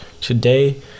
Today